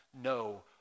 no